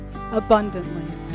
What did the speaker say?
abundantly